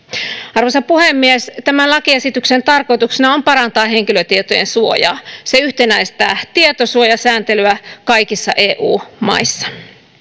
arvoisa puhemies tämän lakiesityksen tarkoituksena on parantaa henkilötietojen suojaa se yhtenäistää tietosuojasääntelyä kaikissa eu maissa